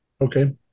Okay